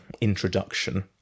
introduction